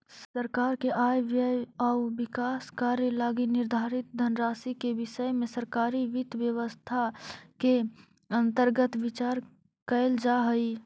सरकार के आय व्यय आउ विकास कार्य लगी निर्धारित धनराशि के विषय में सरकारी वित्त व्यवस्था के अंतर्गत विचार कैल जा हइ